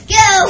go